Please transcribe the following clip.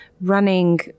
running